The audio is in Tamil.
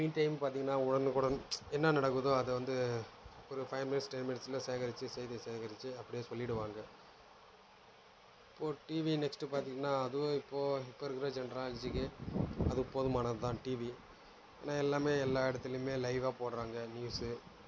எனிடைம் பார்த்தீங்கன்னா உடனுக்குடன் என்ன நடக்குதோ அதை வந்து ஒரு ஃபை மினிட்ஸ் டென் மினிட்ஸில் சேகரிச்சு செய்தி சேகரிச்சு அப்படியே சொல்லிடுவாங்க இப்போ டிவி நெக்ஸ்ட்டு பார்த்தீங்கன்னா அதுவும் இப்போது இப்போ இருக்கிற ஜென்ராலஜிக்கு அது போதுமானதுதான் டிவி ஏன்னால் எல்லாம் எல்லா இடத்துலியுமே லைவ்வாக போடுறாங்க நியூஸ்ஸு